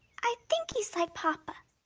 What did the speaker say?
i think he's like papa. i